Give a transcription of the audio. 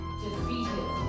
defeated